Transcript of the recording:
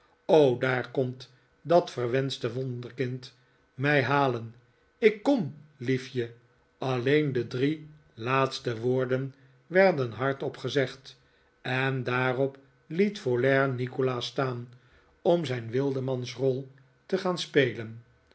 o daar komt dat verwenschte wonderkind mij halen ik kom liefje alleen de drie laatste woorden werden hardop gezegd en daarop het folair nikolaas staan om zijn wildemansrol te gaan spelen